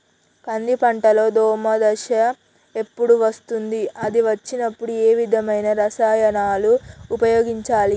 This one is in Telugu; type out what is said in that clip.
కంది పంటలో దోమ దశ ఎప్పుడు వస్తుంది అది వచ్చినప్పుడు ఏ విధమైన రసాయనాలు ఉపయోగించాలి?